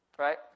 right